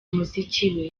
muziki